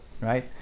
right